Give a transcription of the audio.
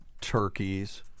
turkeys